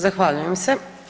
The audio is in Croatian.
Zahvaljujem se.